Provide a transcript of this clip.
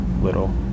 little